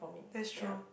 that's true